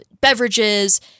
beverages